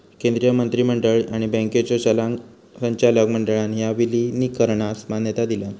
केंद्रीय मंत्रिमंडळ आणि बँकांच्यो संचालक मंडळान ह्या विलीनीकरणास मान्यता दिलान